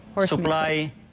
supply